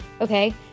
okay